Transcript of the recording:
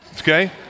Okay